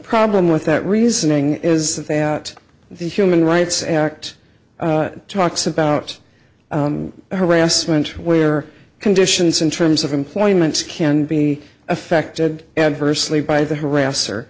problem with that reasoning is that the human rights act talks about harassment where conditions in terms of employment can be affected adversely by the harasser